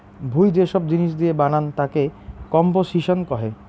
ভুঁই যে সব জিনিস দিয়ে বানান তাকে কম্পোসিশন কহে